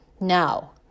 now